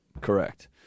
Correct